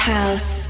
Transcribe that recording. House